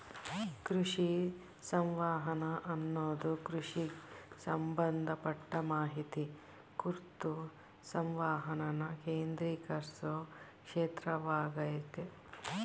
ಕೃಷಿ ಸಂವಹನ ಅನ್ನದು ಕೃಷಿಗ್ ಸಂಬಂಧಪಟ್ಟ ಮಾಹಿತಿ ಕುರ್ತು ಸಂವಹನನ ಕೇಂದ್ರೀಕರ್ಸೊ ಕ್ಷೇತ್ರವಾಗಯ್ತೆ